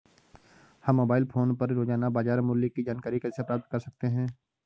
हम mobile phone पर रोजाना बाजार मूल्य की जानकारी कैसे प्राप्त कर सकते हैं?